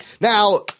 Now